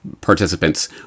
participants